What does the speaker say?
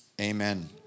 Amen